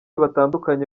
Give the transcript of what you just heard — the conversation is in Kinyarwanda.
batandukanye